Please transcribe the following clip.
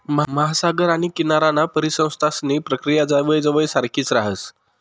महासागर आणि किनाराना परिसंस्थांसनी प्रक्रिया जवयजवय सारखीच राहस